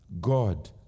God